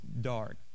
dark